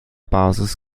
basis